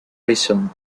reason